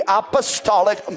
apostolic